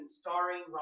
starring